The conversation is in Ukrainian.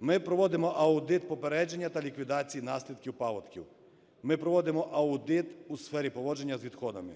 Ми проводимо аудит попередження та ліквідації наслідків паводків. Ми проводимо аудит у сфері поводження з відходами.